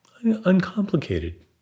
uncomplicated